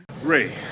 Ray